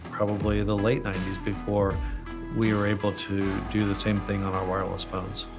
probably the late ninety s before we were able to do the same thing on our wireless phones.